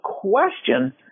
question